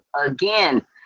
again